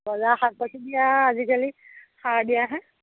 বজাৰৰ শাক পাচলি আৰু আজিকালি সাৰ দিয়াহে